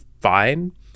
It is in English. fine